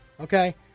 okay